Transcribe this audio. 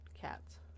cats